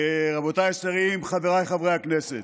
רבותיי השרים, חבריי חברי הכנסת,